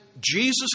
Jesus